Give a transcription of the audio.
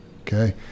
okay